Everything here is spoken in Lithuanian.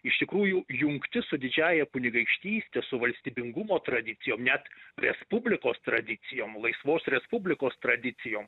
iš tikrųjų jungtis su didžiąja kunigaikštyste su valstybingumo tradicijom net respublikos tradicijom laisvos respublikos tradicijom